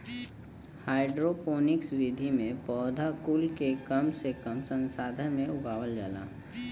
hydroponics विधि में पौधा कुल के कम से कम संसाधन में उगावल जाला